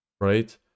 right